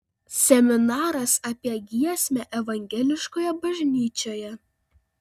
seminaras apie giesmę evangeliškoje bažnyčioje